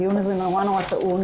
הדיון הזה מאוד מאוד טעון.